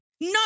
No